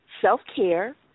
self-care